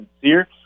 sincere